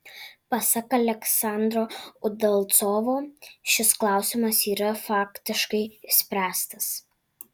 pasak aleksandro udalcovo šis klausimas yra faktiškai išspręstas